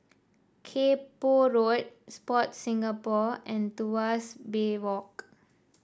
Kay Poh Road Sport Singapore and Tuas Bay Walk